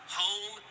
home